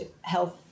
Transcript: health